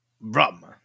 Rum